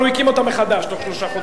אבל הוא הקים אותה מחדש תוך שלושה חודשים.